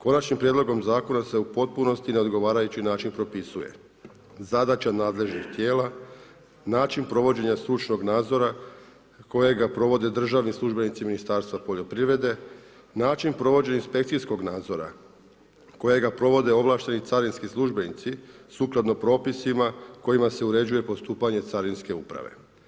Konačnim prijedlogom Zakona se u potpunosti na odgovarajući način propisuje, zadaća nadležnih tijela, način provođenja stručnog nadzora kojega provode državni službenici Ministarstva poljoprivrede, način provođenja inspekcijskog nadzora kojega provode ovlašteni carinski službenici sukladno propisima kojima se uređuje postupanje Carinske uprave.